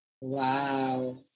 Wow